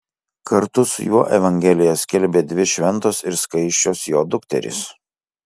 kartu su juo evangeliją skelbė dvi šventos ir skaisčios jo dukterys